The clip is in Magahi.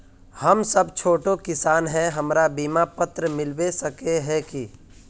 हम सब छोटो किसान है हमरा बिमा पात्र मिलबे सके है की?